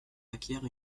acquiert